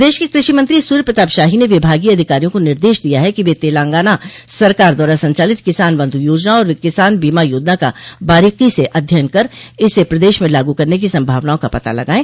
प्रदेश के कृषि मंत्री सूर्य प्रताप शाही ने विभागीय अधिकारियों को निर्देश दिया है कि वे तेलंगाना सरकार द्वारा संचालित किसान बंधु योजना और किसान बीमा योजना का बारीकी से अध्ययन कर इसे प्रदेश में लागू करने की संभावनाओं का पता लगाये